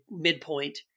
midpoint